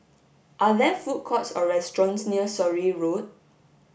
are there food courts or restaurants near Surrey Road